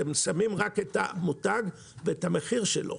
הם שמים רק את המותג והמחיר שלו.